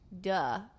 Duh